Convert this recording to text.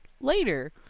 later